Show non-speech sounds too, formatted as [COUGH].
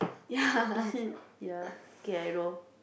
[NOISE] ya okay I know